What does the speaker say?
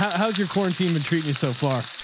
how's your corn team and treating you so far.